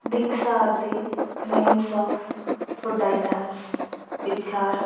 these are the names of food items which are